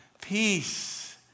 Peace